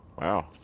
Wow